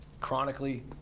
chronically